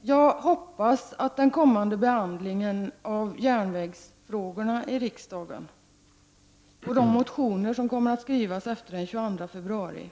Jag hoppas att den kommande behandlingen i riksdagen av järnvägsfrågorna, och de motioner som kommer att skrivas efter den 22 februari,